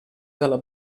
dalla